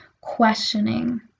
questioning